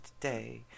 today